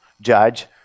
judge